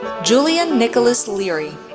julian nicholas leary,